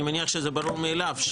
אני מניח שזה ברור מאליו,